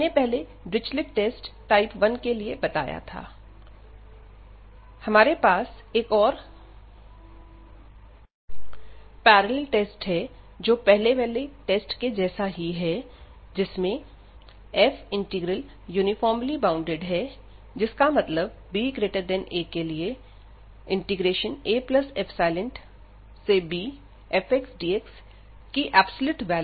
हमने पहले Dirichlet test type 1 के लिए बताया था हम हमारे पास एक और पैरेलल टेस्ट जो पहले वाले टेस्ट के जैसा ही है जिसमें f इंटीग्रल यूनीफामर्ली बाउंडेड है जिसका मतलब ba abfxdxC∀baहै